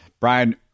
Brian